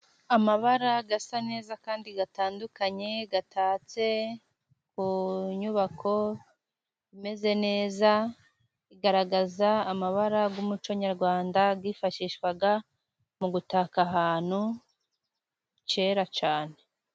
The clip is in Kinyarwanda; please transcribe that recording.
Amabara asa neza kandi atandukanye, atatse ku nyubako imeze neza, igaragaza amabara y'umuco nyarwanda, yifashishwaga mu gutaka ahantu kera cyane.